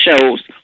shows